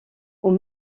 aux